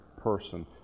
person